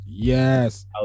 Yes